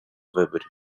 виборів